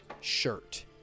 shirt